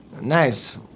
nice